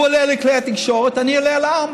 הוא עולה לכלי התקשורת, אני עולה אל העם.